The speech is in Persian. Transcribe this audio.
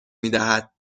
میدهد